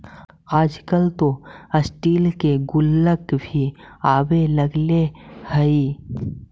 आजकल तो स्टील के गुल्लक भी आवे लगले हइ